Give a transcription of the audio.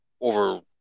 over